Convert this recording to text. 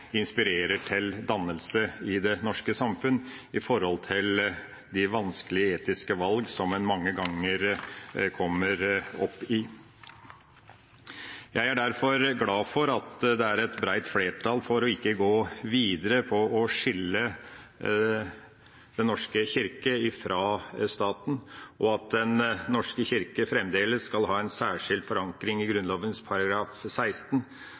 inspirerer til dannelse i det norske samfunn når det gjelder de vanskelige etiske valgene en mange ganger kommer oppi. Jeg er derfor glad for at det er et bredt flertall for ikke å gå videre med å skille Den norske kirke fra staten, og at Den norske kirke fremdeles skal ha en særskilt forankring i Grunnloven § 16,